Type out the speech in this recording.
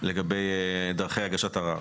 לגבי דרכי הגשת ערר.